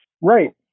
Right